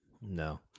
no